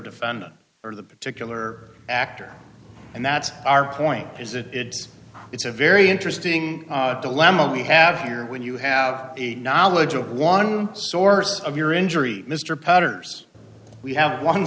defendant or the particular actor and that's our point is that it's a very interesting dilemma we have here when you have a knowledge of one source of your injury mr potter's we have one